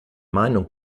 meinung